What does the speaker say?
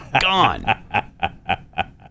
gone